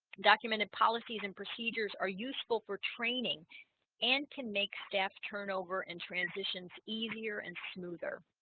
documented policies and procedures are useful for training and can make staff turnover and transitions easier and smoother